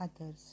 others